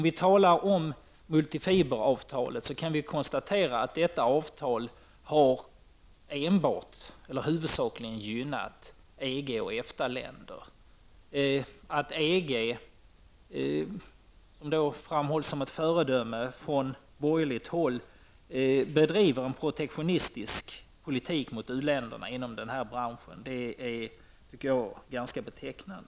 Vi kan konstatera att multifiberavtalet har gynnat huvudsakligen EG och EFTA-länder. Att EG, som framhålls som ett föredöme från borgerligt håll, bedriver en protektionistisk politik mot uländerna inom denna bransch tycker jag är ganska betecknande.